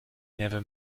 never